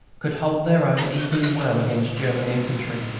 could hold their own equally well against german infantry.